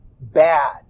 bad